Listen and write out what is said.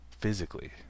Physically